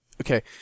okay